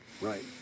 Right